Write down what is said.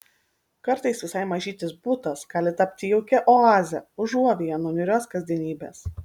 kartais visai mažytis butas gali tapti jaukia oaze užuovėja nuo niūrios kasdienybės